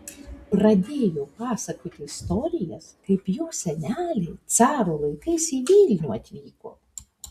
pradėjo pasakoti istorijas kaip jos seneliai caro laikais į vilnių atvyko